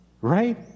Right